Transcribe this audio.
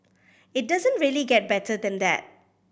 it doesn't really get better than that